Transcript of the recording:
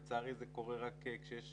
לצערי זה קורה רק כשיש